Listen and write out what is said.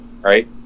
right